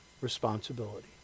responsibility